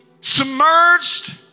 Submerged